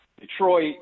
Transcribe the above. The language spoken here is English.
Detroit